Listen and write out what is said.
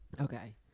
okay